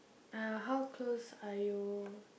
uh how close are you